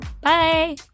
Bye